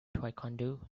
taekwondo